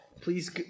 please